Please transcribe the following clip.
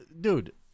dude